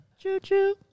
Choo-choo